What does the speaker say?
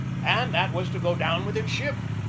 and that was to go down with his ship.